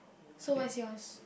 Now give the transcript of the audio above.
so what is yours